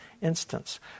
instance